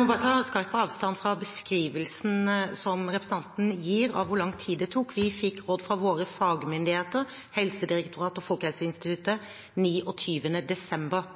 må bare ta skarp avstand fra beskrivelsen som representanten gir av hvor lang tid det tok. Vi fikk råd fra våre fagmyndigheter, Helsedirektoratet og Folkehelseinstituttet, 29. desember.